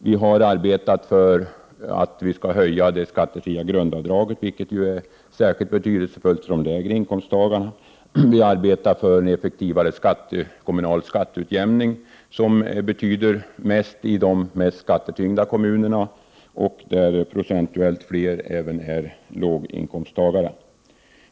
Vi har arbetat för att höja det skattefria grundavdraget, vilket är särskilt betydelsefullt för de lägre inkomsttagarna. Vi har arbetat för effektivare kommunalskatteutjämning, vilket betyder mest i de mest skattetyngda kommunerna och där procentuellt sett fler skattebetalare är låginkomsttagare.